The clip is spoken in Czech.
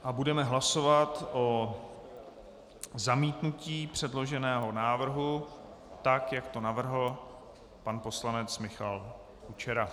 Budeme hlasovat o zamítnutí předloženého návrhu tak, jak to navrhl pan poslanec Michal Kučera.